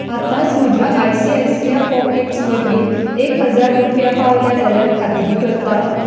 आतांच म्हज्या I C I C I pockets वरवीं एक हजार रुपया पावल्या जाल्यार खात्री करता